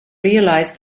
realized